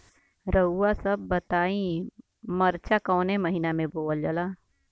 रउआ सभ बताई मरचा कवने महीना में बोवल जाला?